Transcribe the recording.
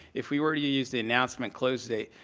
if we were to use the announcement closed date,